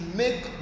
make